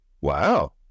Wow